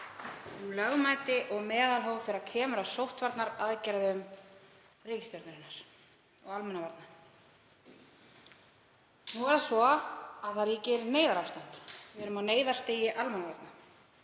um lögmæti og meðalhóf þegar kemur að sóttvarnaaðgerðum ríkisstjórnarinnar og almannavarna. Nú er það svo að það ríkir neyðarástand. Við erum á neyðarstigi almannavarna.